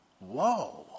whoa